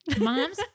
Mom's